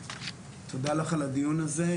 תודה לך על הדיון הזה.